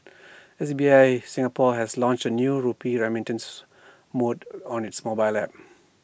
S B I Singapore has launched A new rupee remittance mode on its mobile app